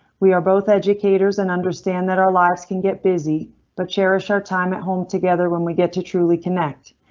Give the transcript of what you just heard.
we are both educators and understand that our lives can get busy but cherish our time at home together when we get to truly connect.